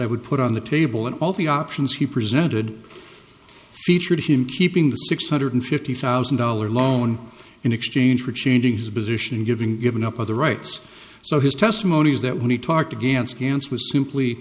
i would put on the table and all the options he presented featured him keeping the six hundred fifty thousand dollar loan in exchange for changing his position and giving given up other rights so his testimony was that when he talked again scans was simply